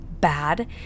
bad